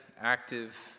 active